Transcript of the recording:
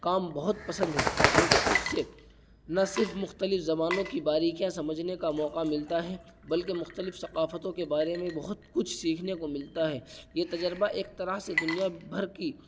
کام بہت پسند ہے کیونکہ اس سے نہ صرف مختلف زبانوں کی باریکیاں سمجھنے کا موقع ملتا ہے بلکہ مختلف ثقافتوں کے بارے میں بہت کچھ سیکھنے کو ملتا ہے یہ تجربہ ایک طرح سے دنیا بھر کی